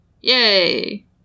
Yay